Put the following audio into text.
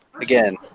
again